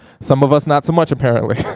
some of us not so much, apparently.